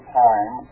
time